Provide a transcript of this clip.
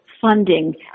funding